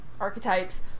Archetypes